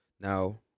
Now